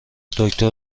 دکتر